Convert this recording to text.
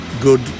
good